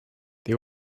they